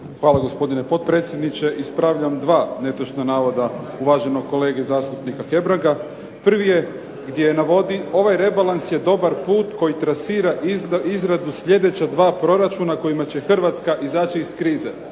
Hvala gospodine potpredsjedniče. Ispravljam dva netočna navoda uvaženog kolege zastupnika Hebranga. Prvi je gdje navodi ovaj rebalans je dobar put koji trasira izradu sljedeća dva proračuna kojima će Hrvatska izaći iz krize.